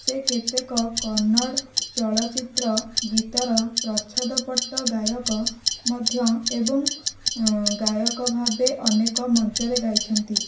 ସେ କେତେକ କନ୍ନଡ଼ ଚଳଚ୍ଚିତ୍ର ଗୀତର ପ୍ରଚ୍ଛଦପଟ ଗାୟକ ମଧ୍ୟ ଏବଂ ଗାୟକ ଭାବେ ଅନେକ ମଞ୍ଚରେ ଗାଇଛନ୍ତି